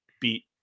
beat